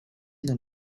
dans